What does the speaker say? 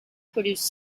produced